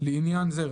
לעניין זה,